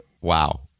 Wow